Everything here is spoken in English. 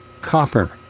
copper